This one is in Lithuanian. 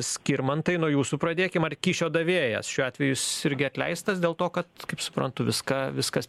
skirmantai nuo jūsų pradėkim ar kyšio davėjas šiuo atveju jis irgi atleistas dėl to kad kaip suprantu viską viskas